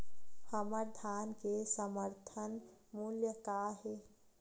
हमर धान के समर्थन मूल्य का हे?